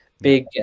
big